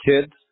kids